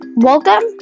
Welcome